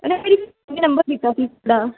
ਨੇ ਨੰਬਰ ਦਿੱਤਾ ਸੀ ਤੁਹਾਡਾ